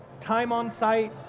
time on-site,